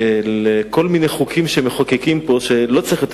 כל מיני חוקים שמחוקקים פה שלא צריך יותר